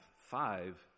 five